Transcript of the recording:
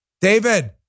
David